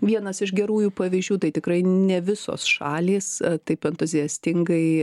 vienas iš gerųjų pavyzdžių tai tikrai ne visos šalys taip entuziastingai